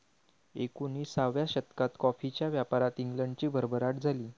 एकोणिसाव्या शतकात कॉफीच्या व्यापारात इंग्लंडची भरभराट झाली